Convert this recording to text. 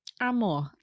Amor